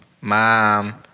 Mom